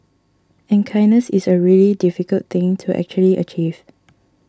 and kindness is a really difficult thing to actually achieve